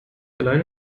allein